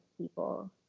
people